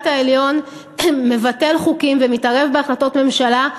העליון מבטל חוקים ומתערב בהחלטות ממשלה,